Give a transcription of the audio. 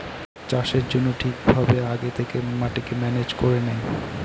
চাষের জন্য ঠিক ভাবে আগে থেকে মাটিকে ম্যানেজ করে নেয়